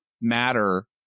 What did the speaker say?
matter